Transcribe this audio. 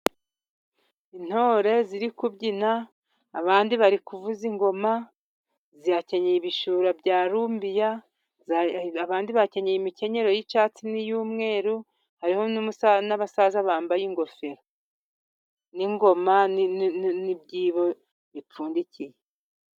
Intore ziri kubyina, abandi bari kuvuza ingoma, zakenyeye ibishura bya rumbiya, abandi bakenye imikenyero y'icyatsi n'iy'umweru, harimo n'abasaza bambaye ingofero, n'ingoma, n'ibyibo bipfundikiye.